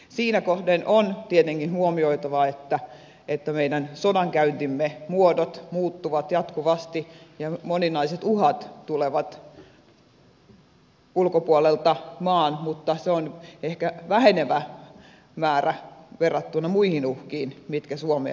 siinä kohden on tietenkin huomioitava että meidän sodankäyntimme muodot muuttuvat jatkuvasti ja moninaiset uhat tulevat ulkopuolelta maan mutta se on ehkä vähenevä määrä verrattuna muihin uhkiin mitkä suomea ehkä uhkaavat